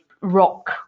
rock